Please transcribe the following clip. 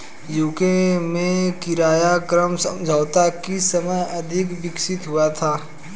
UK में किराया क्रय समझौता किस समय अधिक विकसित हुआ था?